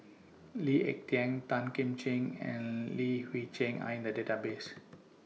Lee Ek Tieng Tan Kim Ching and Li Hui Cheng Are in The Database